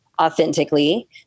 authentically